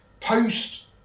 post